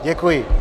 Děkuji.